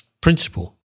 principle